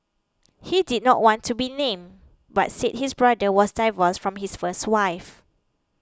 he did not want to be named but said his brother was divorced from his first wife